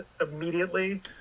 immediately